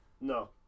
No